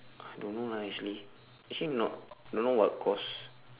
I don't know lah actually actually not don't know what course